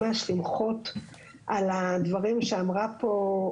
ממש למחות על הדברים שאמרה פה,